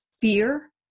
fear